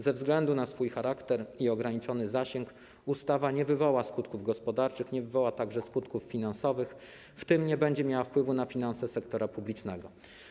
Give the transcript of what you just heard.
Ze względu na swój charakter i ograniczony zasięg ustawa nie wywoła skutków gospodarczych, nie wywoła także skutków finansowych, w tym nie będzie miała wpływu na finanse sektora publicznego.